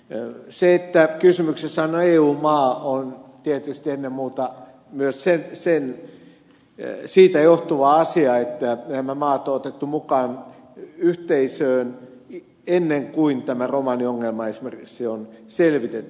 se että kysymyksessä on eu maa on tietysti ennen muuta myös siitä johtuva asia että nämä maat on otettu mukaan yhteisöön ennen kuin esimerkiksi tämä romaniongelma on selvitetty